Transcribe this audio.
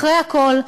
אחרי הכול,